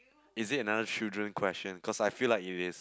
is it another children question because I feel like it is